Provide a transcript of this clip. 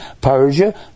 Persia